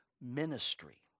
ministry